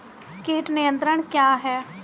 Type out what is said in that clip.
कीट नियंत्रण क्या है?